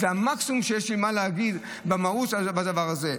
זה המקסימום שיש לי להגיד על המהות בדבר הזה.